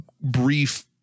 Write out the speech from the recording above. brief